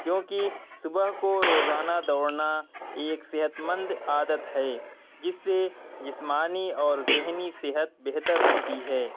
کیونکہ صبح کو روزانہ دوڑنا ایک صحت مند عادت ہے جس سے جسمانی اور ذہنی صحت بہتر ہوتی ہے